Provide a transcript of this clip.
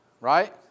Right